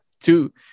two